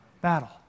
Battle